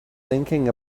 thinking